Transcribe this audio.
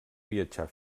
viatjar